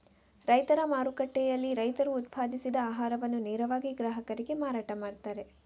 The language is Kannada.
ರೈತರ ಮಾರುಕಟ್ಟೆಯಲ್ಲಿ ರೈತರು ಉತ್ಪಾದಿಸಿದ ಆಹಾರವನ್ನ ನೇರವಾಗಿ ಗ್ರಾಹಕರಿಗೆ ಮಾರಾಟ ಮಾಡ್ತಾರೆ